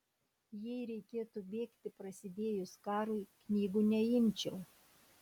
jei reikėtų bėgti prasidėjus karui knygų neimčiau